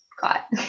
got